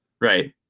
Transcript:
Right